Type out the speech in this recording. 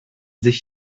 sich